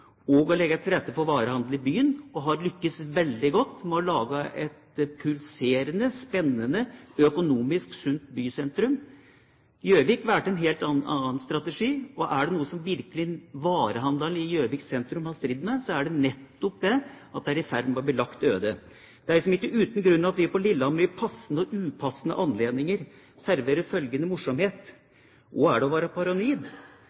det å legge til rette for varehandel i byen, og har lyktes veldig godt med å lage et pulserende, spennende og økonomisk sunt bysentrum. Gjøvik valgte en helt annen strategi, og er det noe som varehandelen i Gjøvik sentrum virkelig har stridd med, er det nettopp det at sentrum er i ferd med å bli lagt øde. Det er ikke uten grunn at vi på Lillehammer ved passende og upassende anledninger serverer følgende